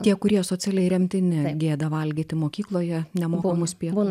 tie kurie socialiai remtini gėda valgyti mokykloje nemokamus pietus